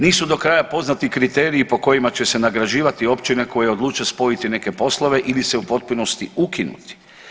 Nisu do kraja poznati kriteriji po kojima će se nagrađivati općine koje odluče spojiti neke poslove ili se u potpunosti ukinuti.